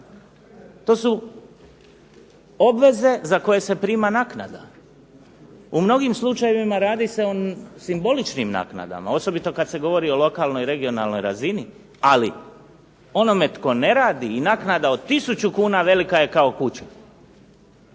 to su obveze za koje se prima naknada. U mnogim slučajevima radi se o simboličnim naknadama, osobito kada se govori o regionalnoj i lokalnoj razini. Ali onome koji ne radi i naknada od 1000 kuna velika je kao kuća.